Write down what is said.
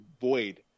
void